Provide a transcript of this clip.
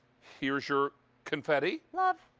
here is your confetti. love.